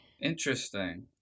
Interesting